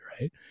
right